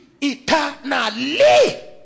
Eternally